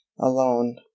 alone